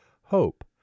hope